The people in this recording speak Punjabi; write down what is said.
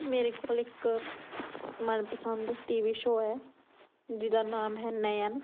ਮੇਰੇ ਕੋਲ ਇੱਕ ਮਨਪਸੰਦ ਟੀ ਵੀ ਸ਼ੋ ਹੈ ਜਿਹਦਾ ਨਾਮ ਹੈ ਨੇਯਨ